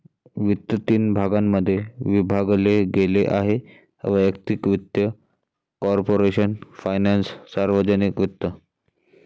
वित्त तीन भागांमध्ये विभागले गेले आहेः वैयक्तिक वित्त, कॉर्पोरेशन फायनान्स, सार्वजनिक वित्त